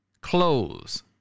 Clothes